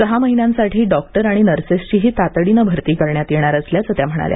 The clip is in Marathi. सहा महिन्यांसाठी डॉक्टर आणि नर्सेसची तातडीनं भरती करण्यात येणार असल्याचं त्या म्हणाल्या